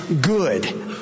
good